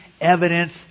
evidence